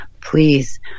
please